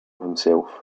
himself